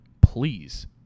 Please